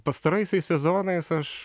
pastaraisiais sezonais aš